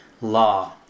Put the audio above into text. Law